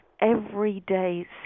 everyday